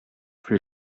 rue